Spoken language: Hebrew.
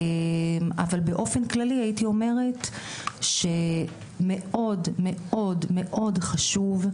אבל באופן כללי הייתי אומרת שמאוד מאוד מאד חשוב,